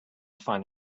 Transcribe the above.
find